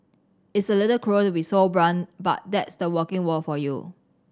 it's a little cruel to be so blunt but that's the working world for you